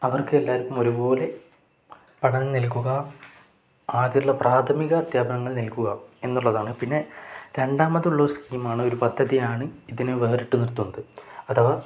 അവർക്ക് എല്ലാവർക്കും ഒരുപോലെ പഠനം നൽകുക ആതിനുള്ള പ്രാഥമിക അധ്യാപനങ്ങൾ നൽകുക എന്നുള്ളതാണ് പിന്നെ രണ്ടാമതുള്ള സ്കീമാണ് ഒരു പദ്ധതിയാണ് ഇതിന് വേറിട്ട് നിർത്തുന്നത് അഥവാ